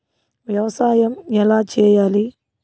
వ్యవసాయం ఎలా చేయాలి?